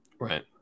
Right